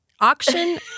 Auction